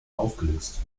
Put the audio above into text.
aufgelöst